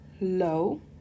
low